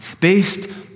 based